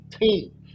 team